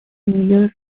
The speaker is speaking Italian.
miglior